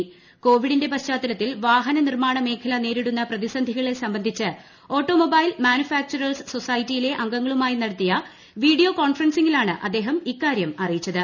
ക്ടോവ്വിഡിന്റെ പശ്ചാത്തലത്തിൽ വാഹന നിർമ്മാണ മേഖല നേമീട്ടുന്ന പ്രതിസന്ധികളെ സംബന്ധിച്ച് ഓട്ടോ മൊബൈൽ മാനുഫാക്ച്ചറേഴ്സ് സൊസൈറ്റിയിലെ അംഗങ്ങ ളുമായി നടത്തിയ വീഡിയോ കോൺഫറൻസിംഗിലാണ് അദ്ദേഹം ഇക്കാരൃം അറിയിച്ചത്